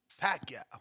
Pacquiao